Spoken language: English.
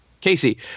Casey